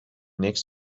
next